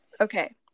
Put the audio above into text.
Okay